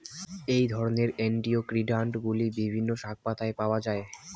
এই ধরনের অ্যান্টিঅক্সিড্যান্টগুলি বিভিন্ন শাকপাতায় পাওয়া য়ায়